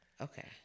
Okay